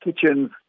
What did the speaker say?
kitchens